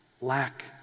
lack